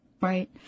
Right